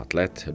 let